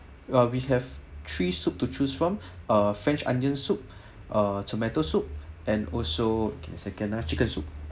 uh we have three soups to choose from uh french onion soup uh tomato soup and also give me a second ah chicken soup